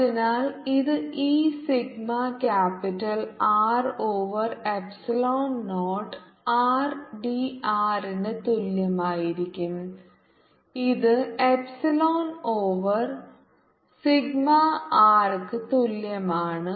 അതിനാൽ ഇത് ഇ sigma capital R over epsilon naught ആർഡിആറിന് തുല്യമായിരിക്കും ഇത് എപ്സിലോൺ ഓവർ സിഗ്മ ആർക്ക് തുല്യമാണ്